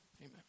amen